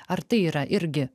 ar tai yra irgi